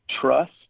trust